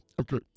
Okay